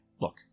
look